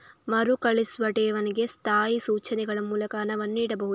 ಮರುಕಳಿಸುವ ಠೇವಣಿಗೆ ಸ್ಥಾಯಿ ಸೂಚನೆಗಳ ಮೂಲಕ ಹಣವನ್ನು ನೀಡಬಹುದು